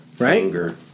Anger